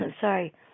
Sorry